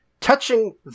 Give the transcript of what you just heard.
touching